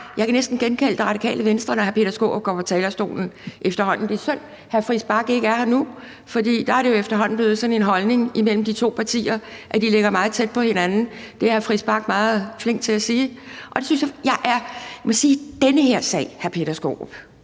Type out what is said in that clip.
jeg kan næsten genkende det Radikale Venstre efterhånden, når hr. Peter Skaarup går på talerstolen. Det er synd, at hr. Christian Friis Bach ikke er her nu, for der er det jo efterhånden blevet sådan en holdning hos de to partier, at de ligger meget tæt på hinanden. Det er hr. Christian Friis Bach meget flink til at sige. Jeg ved godt, at det har knebet mange